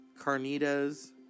Carnitas